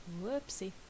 Whoopsie